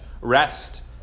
rest